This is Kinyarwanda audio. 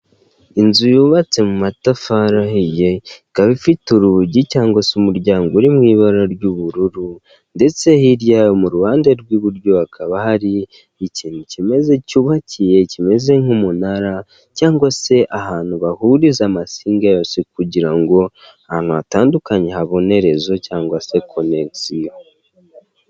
Inzu yubatse mu mu matafari ahiye ikaba ifite urugi cyangwa se umuryango uri mu ibara ry'ubururu ndetse hirya yaho mu ruhande rw'iburyo hakaba hari ikintu kimeze cyubakiye kimeze nk'umunara cyangwa se ahantu bahuriza amasinga yose kugira ngo ahantu hatandukanye habone rezo cyangwa se konegisiyo.